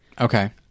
Okay